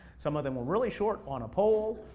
some of them were really short on a pole,